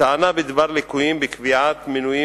הטענה בדבר ליקויים בקביעת מינויים